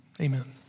Amen